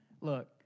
look